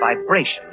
vibration